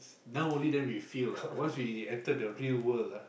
now only then we feel ah once we enter the real world ah